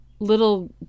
little